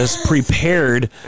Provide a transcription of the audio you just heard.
prepared